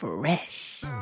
Fresh